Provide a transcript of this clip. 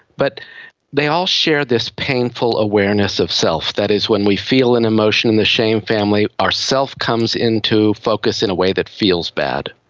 but they all share this painful awareness of self. that is, when we feel an emotion in the shame family our self comes into focus in a way that feels bad.